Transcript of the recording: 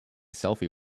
selfie